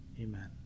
Amen